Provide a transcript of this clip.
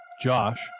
Josh